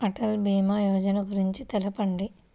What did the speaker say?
అటల్ భీమా యోజన గురించి తెలుపండి?